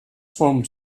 vom